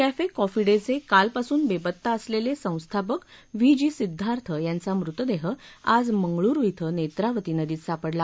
cafe coffee day चे कालपासून बेपत्ता असलेले संस्थापक व्हि जी सिद्वार्थ यांचा मृतदेह आज मंगळुरु धिं नेत्रावती नदीत सापडला